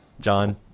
John